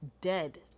dead